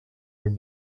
were